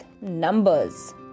numbers